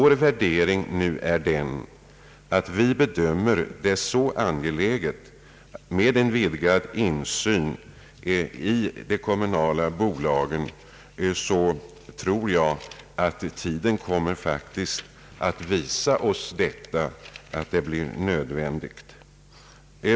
Vår värdering är den, att vi bedömer det angeläget med en vidgad insyn i de kommunala bolagen. Jag tror att tiden kommer att visa oss att detta blir nödvändigt.